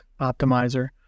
Optimizer